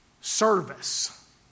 service